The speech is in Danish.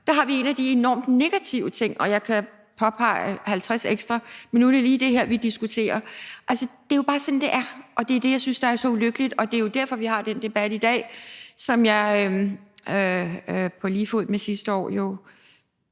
Der har vi en af de enormt negative ting, og jeg kan påpege halvtreds ekstra, men nu er det lige det her, vi diskuterer. Altså, det er jo bare sådan, det er, og det er det, jeg synes er så ulykkeligt, og det er jo derfor, vi har den debat i dag, som jeg kan se trækker ud